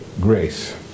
grace